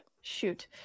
Shoot